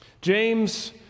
James